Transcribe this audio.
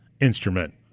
instrument